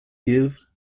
give